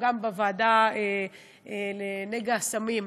גם בוועדה למאבק בנגעי הסמים והאלכוהול.